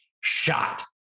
shot